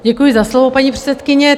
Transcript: Děkuji za slovo, paní předsedkyně.